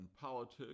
politics